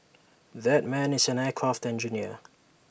that man is an aircraft engineer